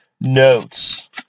notes